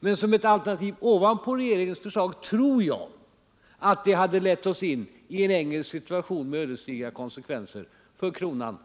Men som ett alternativ ovanpå regeringens förslag tror jag att det hade lett oss in i en engelsk situation med ödesdigra konsekvenser för kronan.